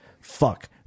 fuck